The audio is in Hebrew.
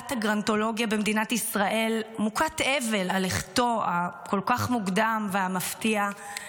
קהילת הגרנטולוגיה במדינת ישראל מוכת אבל על לכתו הכל כך מוקדם המפתיע.